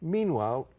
Meanwhile